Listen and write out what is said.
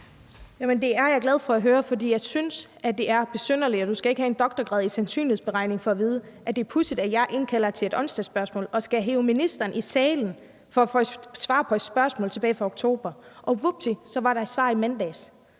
det er jeg glad for at høre, for jeg synes, det er besynderligt. Du skal ikke have en doktorgrad i sandsynlighedsberegning for at vide, at det er pudsigt, at jeg indkalder til et onsdagsspørgsmål og skal hive ministeren i salen for at få svar på et spørgsmål tilbage fra oktober, og vupti, så var der et svar i mandags